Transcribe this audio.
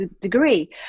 degree